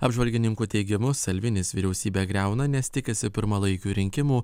apžvalgininkų teigimu salvinis vyriausybę griauna nes tikisi pirmalaikių rinkimų